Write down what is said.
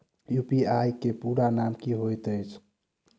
UPI केँ पूरा नाम की होइत अछि?